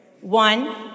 One